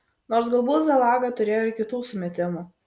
nors galbūt zalaga turėjo ir kitų sumetimų